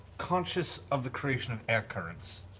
conscious of the creation of air currents,